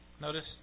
Notice